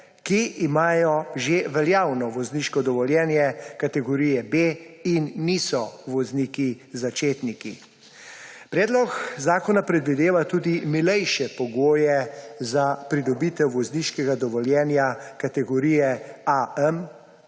že imajo veljavno vozniško dovoljenje kategorije B in niso vozniki začetniki. Predlog zakona predvideva tudi milejše pogoje za pridobitev vozniškega dovoljenja kategorije AM,